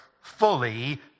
fully